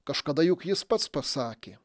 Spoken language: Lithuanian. kažkada juk jis pats pasakė